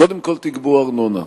קודם כול תגבו ארנונה,